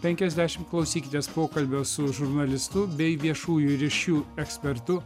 penkiasdešimt klausykitės pokalbio su žurnalistu bei viešųjų ryšių ekspertu